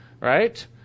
right